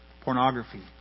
pornography